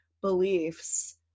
beliefs